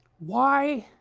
why,